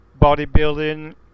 bodybuilding